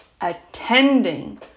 attending